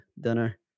dinner